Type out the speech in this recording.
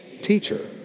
teacher